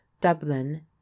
Dublin